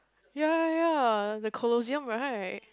ya ya ya the Colosseum right